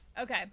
Okay